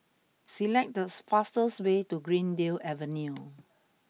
select the fastest way to Greendale Avenue